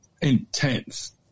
intense